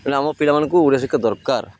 ହେଲେ ଆମ ପିଲାମାନଙ୍କୁ ଓଡ଼ିଆ ଶିଖିବା ଦରକାର